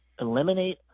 eliminate